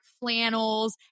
flannels